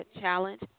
challenge